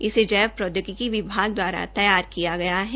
इसे जैव प्रौद्योगिकी विभाग द्वारा तैयार किया गया है